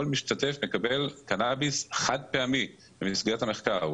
משתתף מקבל קנאביס חד-פעמי במסגרת המחקר,